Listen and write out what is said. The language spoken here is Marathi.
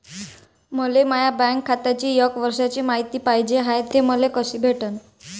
मले माया बँक खात्याची एक वर्षाची मायती पाहिजे हाय, ते मले कसी भेटनं?